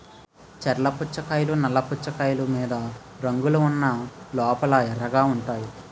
చర్ల పుచ్చకాయలు నల్ల పుచ్చకాయలు మీద రంగులు ఉన్న లోపల ఎర్రగుంటాయి